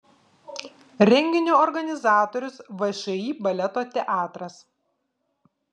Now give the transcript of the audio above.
renginio organizatorius všį baleto teatras